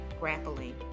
grappling